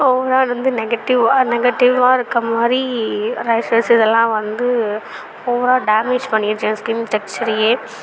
overall வந்து நெகட்டிவ்வா நெகட்டிவாக இருக்கற மாதிரி ரேஷஸ் இது எல்லாம் வந்து ஓவராக டேமேஜ் பண்ணிடுச்சி என் ஸ்கின் டெக்சரையே